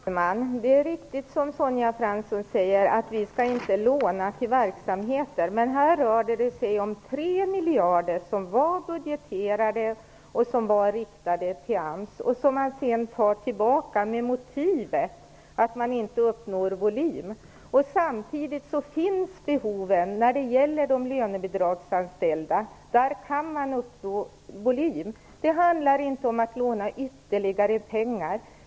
Herr talman! Det är riktigt som Sonja Fransson säger, att vi inte skall låna till verksamheter. Här rör det sig om 3 miljarder som var budgeterade och riktade till AMS, som man sedan tar tillbaka med motivet att AMS inte har uppnått tillräcklig volym. Samtidigt finns det behov hos de lönebidragsberättigade. Där kan man uppnå större volym. Det handlar inte om att låna mera pengar.